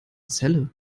celle